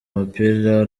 umupira